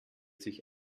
sich